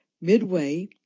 Midway